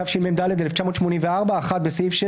התשמ"ד 1984 תיקון סעיף 6